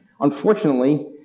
Unfortunately